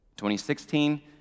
2016